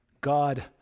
God